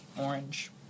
orange